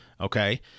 okay